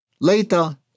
Later